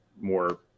more